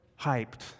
hyped